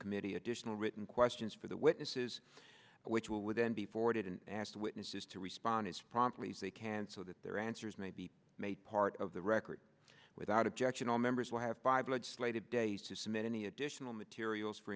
committee additional written questions for the witnesses which would then be forwarded and asked witnesses to respond as promptly as they can so that their answers may be made part of the record without objection all members will have five legislative days to submit any additional materials for